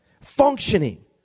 functioning